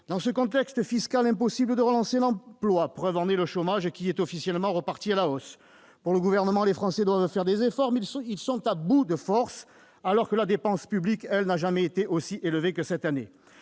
Dans ce contexte fiscal, il est impossible de relancer l'emploi- preuve en est le chômage, qui est officiellement reparti à la hausse. Pour le Gouvernement, les Français doivent faire des efforts, mais ils sont à bout de force, alors que la dépense publique, elle, n'a jamais été aussi élevée que cette année.